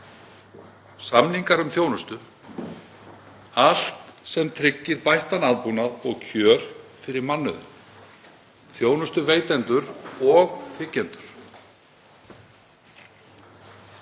samningar um þjónustu, allt sem tryggir bættan aðbúnað og kjör fyrir mannauðinn, þjónustuveitendur og þiggjendur.